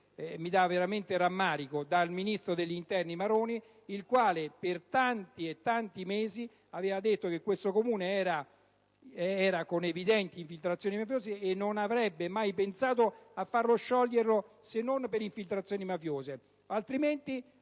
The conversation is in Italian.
- è stato approvato dal ministro dell'interno Maroni, il quale per tanti e tanti mesi aveva affermato che quel Comune presentava evidenti infiltrazioni mafiose e non avrebbe mai pensato a farlo sciogliere se non per infiltrazioni mafiose, altrimenti